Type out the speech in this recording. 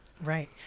Right